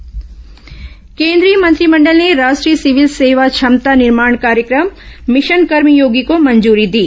mission Karmayogi केन्द्रीय मंत्रिमंडल ने राष्ट्रीय सिविल सेवा क्षमता निर्माण कार्यक्रम मिशन कर्मयोगी को मंजूरी दी